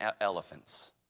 elephants